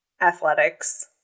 athletics